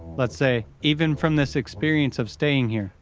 let's say, even from this experience of staying here.